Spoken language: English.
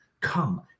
come